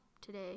today